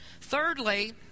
Thirdly